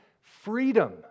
freedom